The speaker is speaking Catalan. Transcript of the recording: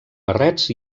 barrets